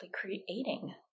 creating